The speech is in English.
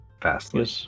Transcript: fastly